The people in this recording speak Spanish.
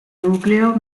núcleo